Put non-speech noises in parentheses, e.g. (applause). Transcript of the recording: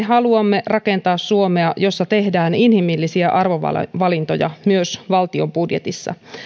(unintelligible) haluamme rakentaa suomea jossa tehdään inhimillisiä arvovalintoja myös valtion budjetissa